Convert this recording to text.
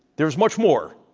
there is much more,